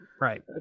right